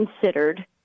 considered